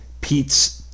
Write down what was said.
Pete's